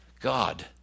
god